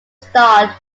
starred